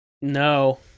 No